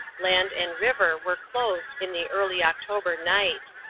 land and river were clothed in the early october night.